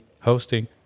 hosting